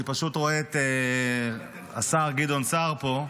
אני פשוט רואה את השר גדעון סער פה,